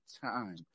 time